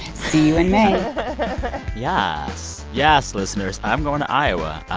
see you in may yas. yas, listeners. i'm going to iowa.